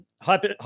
hyper